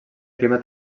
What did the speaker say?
clima